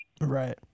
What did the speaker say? Right